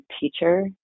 teacher